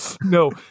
no